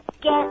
get